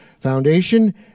Foundation